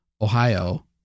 ohio